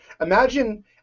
Imagine